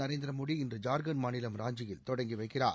நரேந்திர மோடி இன்று ஜார்க்கண்ட் மாநிலம் ராஞ்சியில் தொடங்கி வைக்கிறார்